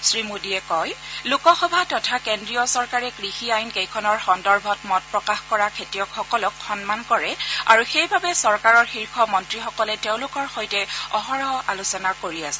শ্ৰীমোদীয়ে কয় যে লোকসভা তথা কেন্দ্ৰীয় চৰকাৰে কৃষি আইন কেইখনৰ সন্দৰ্ভত মত প্ৰকাশ কৰা খেতিয়কসকলক সন্মান কৰে আৰু সেইবাবে চৰকাৰৰ শীৰ্ষ মন্ত্ৰীসকলে তেওঁলোকৰ সৈতে অহৰহ আলোচনা কৰি আছে